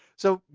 so,